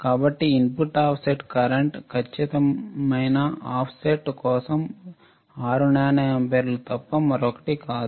కాబట్టి input offset current ఖచ్చితమైన op amp కోసం 6 నానో ఆంపియర్లు తప్ప మరొకటి కాదు